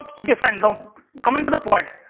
ok fine. now coming to the point,